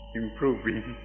improving